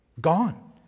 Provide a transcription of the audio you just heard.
Gone